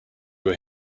were